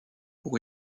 pour